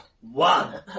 One